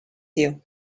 you